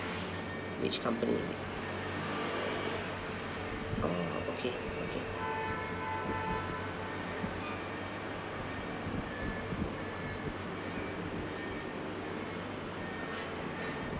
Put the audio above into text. which company oh okay okay